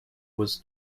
was